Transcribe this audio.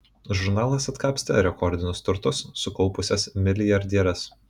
žurnalas atkapstė rekordinius turtus sukaupusias milijardieres